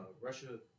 Russia